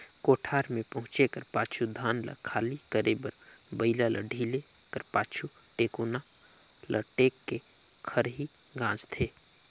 कोठार मे पहुचे कर पाछू धान ल खाली करे बर बइला ल ढिले कर पाछु, टेकोना ल टेक के खरही गाजथे